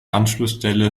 anschlussstelle